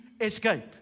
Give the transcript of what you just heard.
escape